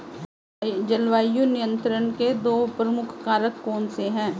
जलवायु नियंत्रण के दो प्रमुख कारक कौन से हैं?